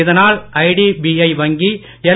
இதனால் ஐடிபிஐ வங்கி எல்